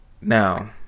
Now